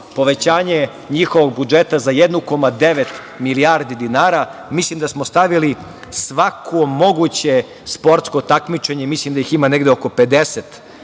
povećanje njihovog budžeta za 1,9 milijardi dinara. Mislim da smo stavili svako moguće sportsko takmičenje i mislim da ih ima negde oko 50 u